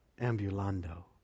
ambulando